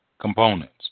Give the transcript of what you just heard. components